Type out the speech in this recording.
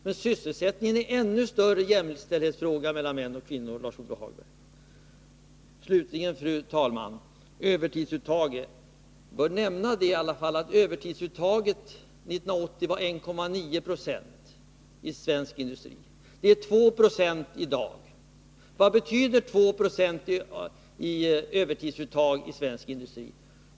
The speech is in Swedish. Men sysselsättningen är en ännu större jämställdhetsfråga mellan män och kvinnor, Lars-Ove Hagberg. Övertidsuttaget var 1980 1,9 26 i svensk industri. Det är 2 20 i dag. Vad betyder 2 20 i övertidsuttag i svensk industri?